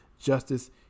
justice